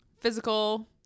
physical